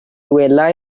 welai